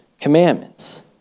commandments